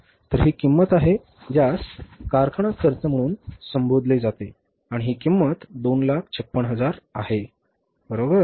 तर ही किंमत आहे ज्यास कारखाना खर्च म्हणून संबोधले जाते आणि ही किंमत 256000 आहे बरोबर